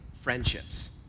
Friendships